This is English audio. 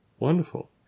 Wonderful